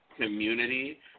community